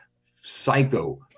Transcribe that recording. psycho